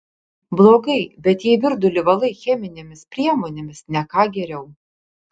blogai bet jei virdulį valai cheminėmis priemonėmis ne ką geriau